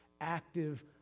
active